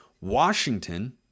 Washington